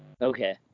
Okay